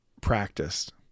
practiced